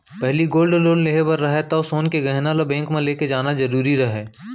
पहिली gold loan लेहे बर रहय तौ सोन के गहना ल बेंक म लेके जाना जरूरी रहय